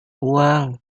uang